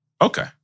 Okay